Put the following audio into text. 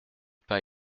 pas